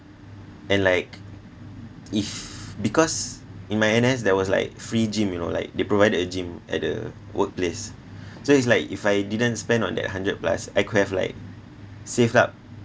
and like if because in my N_S there was like free gym you know like they provided a gym at the workplace so it's like if I didn't spend on that hundred plus I could have like saved up